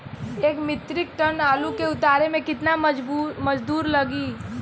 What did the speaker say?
एक metric ton आलू के उतारे मे कितना मजदूर लागि?